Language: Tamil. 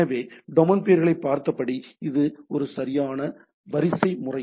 எனவே டொமைன் பெயர்களைப் பார்த்தபடி இது வரிசைமுறை